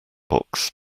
box